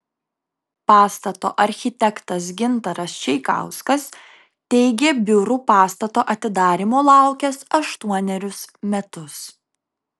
pastato architektas gintaras čeikauskas teigė biurų pastato atidarymo laukęs aštuonerius metus